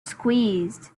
squeezed